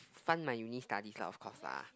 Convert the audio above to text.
fund my uni studies lah of course lah